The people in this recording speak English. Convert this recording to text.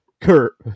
Kurt